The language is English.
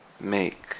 make